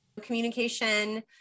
communication